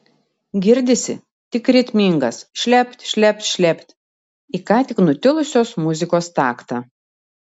girdisi tik ritmingas šlept šlept šlept į ką tik nutilusios muzikos taktą